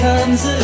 Comes